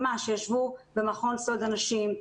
ממש ישבו במכון סאלד אנשים,